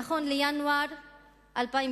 נכון לינואר 2008